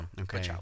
okay